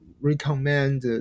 recommend